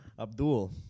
abdul